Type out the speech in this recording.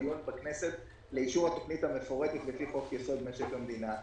בדיון בכנסת לאישור התוכנית המפורטת לפי חוק יסוד: משק המדינה.